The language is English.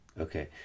Okay